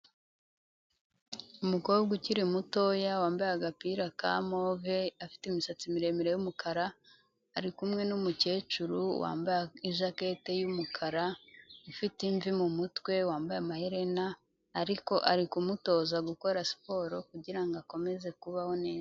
Umukobwa ukiri mutoya, wambaye agapira ka move, afite imisatsi miremire y'umukara, arikumwe n'umukecuru wambaye ijakete y'umukara, ufite imvi mu mutwe, wambaye amaherena, ariko ari kumutoza gukora siporo, kugira ngo akomeze kubaho neza.